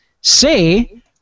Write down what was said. Say